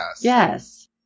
Yes